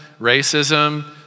racism